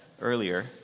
earlier